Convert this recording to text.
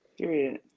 Period